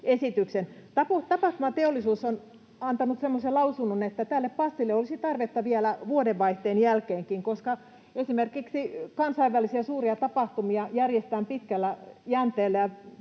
Tapahtumateollisuus on antanut semmoisen lausunnon, että tälle passille olisi tarvetta vielä vuodenvaihteen jälkeenkin, koska esimerkiksi kansainvälisiä suuria tapahtumia järjestetään pitkällä jänteellä